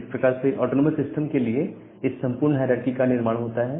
इस प्रकार से ऑटोनॉमस सिस्टम के लिए इस संपूर्ण हायरारकी का निर्माण होता है